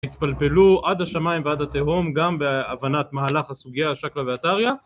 התפלפלו עד השמיים ועד התהום גם בהבנת מהלך הסוגיה השקלא והטריא